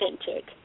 authentic